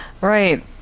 Right